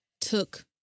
took